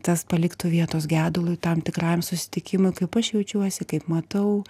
tas paliktų vietos gedului tam tikram susitikimui kaip aš jaučiuosi kaip matau